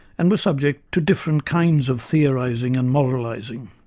and were subject to different kinds of theorising and moralising.